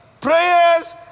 prayers